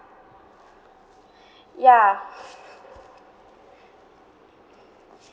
ya